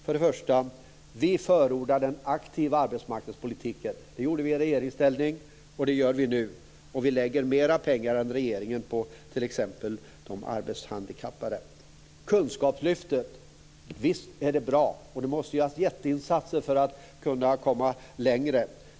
Först och främst förordar vi den aktiva arbetsmarknadspolitiken. Det gjorde vi i regeringsställning, och det gör vi nu. Vi vill lägga mer pengar på t.ex. de arbetshandikappade än vad regeringen gör. Kunskapslyftet, visst är det bra, och det måste göras jätteinsatser för att kunna komma längre.